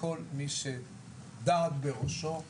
כל מי שדעת בראשו